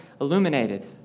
illuminated